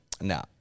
No